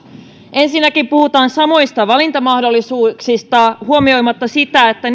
ensinnäkin puhutaan samoista valintamahdollisuuksista huomioimatta sitä että